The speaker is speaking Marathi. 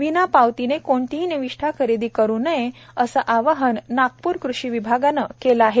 विना पावतीने कोणतीही निविष्ठा खरेदी करु नये असे आवाहन नागप्र कृषी विभागाने केले आहे